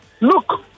look